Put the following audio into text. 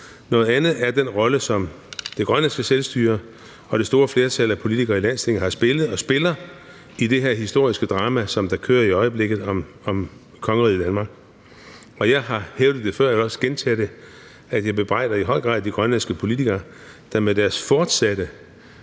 noget andet er den rolle, som det grønlandske selvstyre og det store flertal af politikere i Landstinget har spillet og spiller i det her historiske drama, der kører i øjeblikket, om kongeriget Danmark. Jeg har hævdet det før, og jeg vil også gentage det: Jeg bebrejder i høj grad de grønlandske politikere, der med deres fortsatte,